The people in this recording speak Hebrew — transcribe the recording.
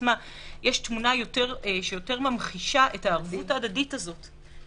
בעצמה - שיותר ממחישה את הערבות ההדדית הזו,